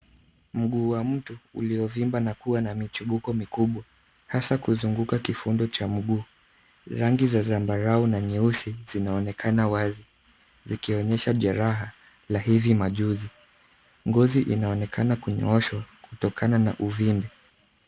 Mguu wa mtu uliovimba na kuwa na michibuko mikubwa hasa kuzunguka kifundo cha mguu. Rangi za zambarau na nyeusi zinaonekana wazi, zikionyesha jeraha la hivi majuzi. Ngozi inaonekana kunyooshwa kutokana na uvimbe.